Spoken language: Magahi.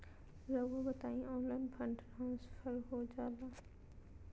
रहुआ बताइए ऑनलाइन फंड ट्रांसफर हो जाला?